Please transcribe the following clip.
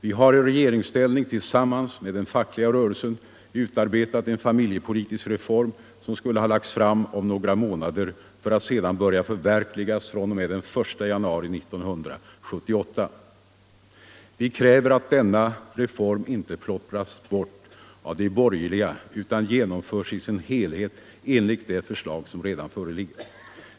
Vi har i regeringsställning tillsammans med den fackliga rörelsen utarbetat en familjepolitisk reform som skulle ha lagts fram om några månader för att sedan börja förverkligas fr.o.m. den I januari 1978. Vi kräver att denna reform inte plottras bort av de borgerliga utan genomförs i sin helhet enligt det förslag som redan föreligger.